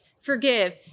Forgive